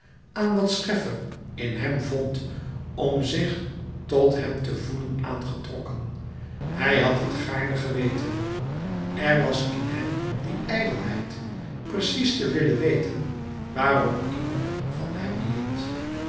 aan wat scheffer in hem vond om zich tot hem te voelen aangetrokken hij had dit gaarne geweten er was in hem die ijdelheid precies te willen weten waarom iemand van hem hield